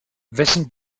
wessen